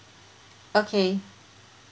okay